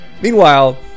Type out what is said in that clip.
Meanwhile